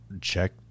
check